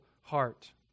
heart